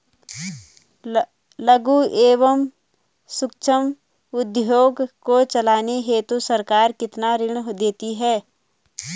लघु एवं सूक्ष्म उद्योग को चलाने हेतु सरकार कितना ऋण देती है?